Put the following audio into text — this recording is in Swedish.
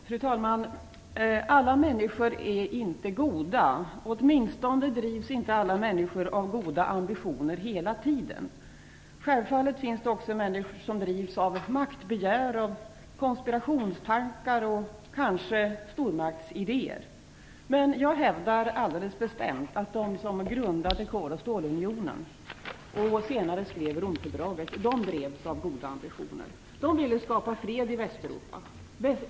Fru talman! Alla människor är inte goda, åtminstone drivs inte alla människor av goda ambitioner hela tiden. Självfallet finns det också människor som drivs av maktbegär, konspirationstankar och kanske stormaktsidéer. Men jag hävdar alldeles bestämt att de som grundade koloch stålunionen och senare skrev Romfördraget drevs av goda ambitioner. De ville skapa fred i Västeuropa.